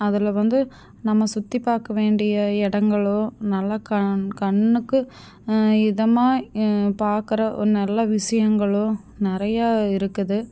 அதில் வந்து நம்ம சுற்றி பார்க்க வேண்டிய இடங்களும் நல்லா கண் கண்ணுக்கு இதமாகி பார்க்குற ஒரு நல்ல விஷயங்களும் நிறையா இருக்குது